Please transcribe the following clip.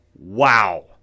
Wow